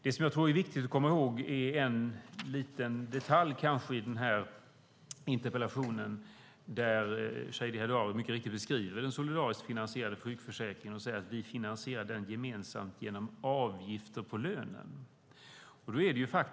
Det som är viktigt att komma ihåg är en detalj i interpellationen. Shadiye Heydari beskriver mycket riktigt den solidariskt finansierade sjukförsäkringen. Hon säger att den finansieras gemensamt genom avgifter på lönen.